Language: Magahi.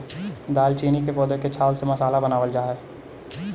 दालचीनी के पौधे के छाल से मसाला बनावाल जा हई